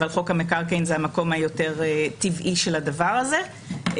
אבל חוק המקרקעין זה המקום היותר טבעי של הדבר הזה,